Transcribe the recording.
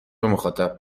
مخاطب